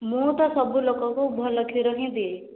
ମୁଁ ତ ସବୁଲୋକଙ୍କୁ ଭଲ କ୍ଷୀର ହିଁ ଦିଏ